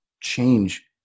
change